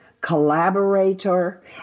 collaborator